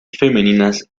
femeninas